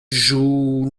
joue